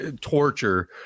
torture